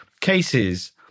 cases